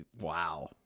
Wow